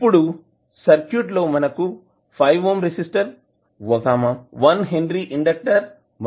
ఇప్పుడు సర్క్యూట్లో మనకు 5 ఓం రెసిస్టర్ 1 హెన్రీ ఇండెక్టర్ మరియు 0